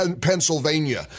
Pennsylvania